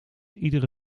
iedere